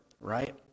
right